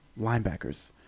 linebackers